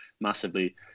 massively